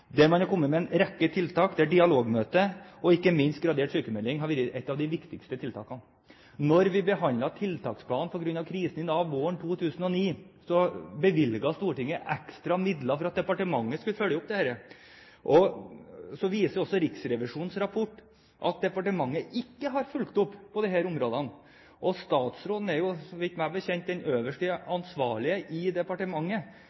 Man har kommet med en rekke tiltak, der dialogmøte og ikke minst gradert sykmelding har vært et av de viktigste tiltakene. Da vi behandlet tiltaksplanen på grunn av krisen i Nav våren 2009, bevilget Stortinget ekstra midler for at departementet skulle følge opp dette. Så viser Riksrevisjonens rapport at departementet ikke har fulgt opp på disse områdene, og statsråden er meg bekjent den øverste